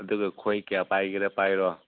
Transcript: ꯑꯗꯨꯒ ꯈꯣꯏ ꯀꯌꯥ ꯄꯥꯏꯒꯦꯔꯥ ꯄꯥꯏꯔꯣ